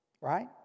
Right